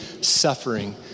suffering